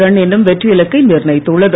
run என்னும் வெற்றி இலக்கை நிர்ணயித்துள்ளது